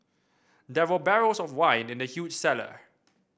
there were barrels of wine in the huge cellar